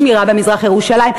שמירה במזרח-ירושלים,